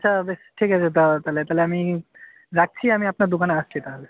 আচ্ছা বেশ ঠিক আছে তা তাহলে তাহলে আমি রাখছি আমি আপনার দোকানে আসছি তাহলে